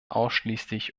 ausschließlich